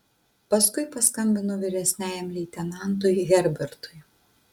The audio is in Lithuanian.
paskui paskambino vyresniajam leitenantui herbertui